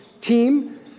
team